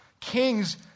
Kings